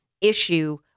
issue